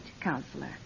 counselor